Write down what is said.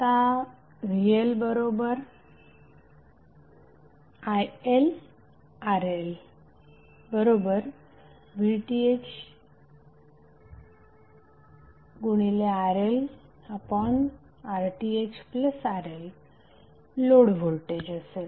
आता VLILRLVThRLRThRL load voltage असेल